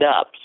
up